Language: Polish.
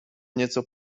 nieco